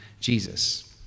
Jesus